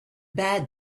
bad